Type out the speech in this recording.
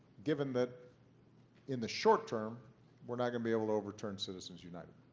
given that in the short term we not going to be able to overturn citizens united.